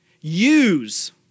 use